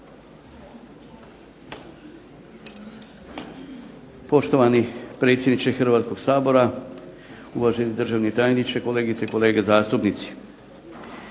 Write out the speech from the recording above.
Poštovani predsjedniče Hrvatskoga sabora, uvaženi državni tajniče, kolegice i kolege zastupnici.